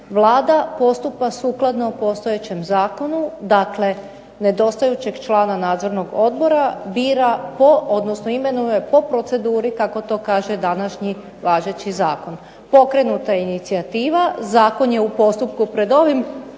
Vlada postupa sukladno postojećem zakonu. Dakle, nedostajećeg člana nadzornog odbora bira po, odnosno imenuje po proceduri kako to kaže današnji važeći zakon. Pokrenuta je i inicijativa. Zakon je u postupku pred ovim